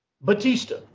Batista